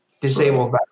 disabled